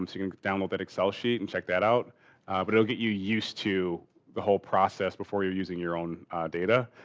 um you can download that excel sheet and check that out. but it will get you used to the whole process before you're using your own data.